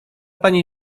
pani